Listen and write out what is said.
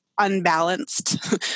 unbalanced